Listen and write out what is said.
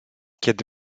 kiedy